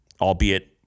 albeit